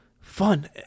Fun